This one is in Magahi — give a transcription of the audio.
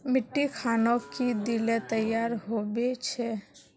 मिट्टी खानोक की दिले तैयार होबे छै?